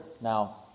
Now